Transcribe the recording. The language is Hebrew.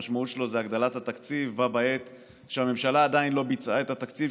שהמשמעות שלו היא הגדלת התקציב בה בעת שהממשלה עדיין לא ביצעה את התקציב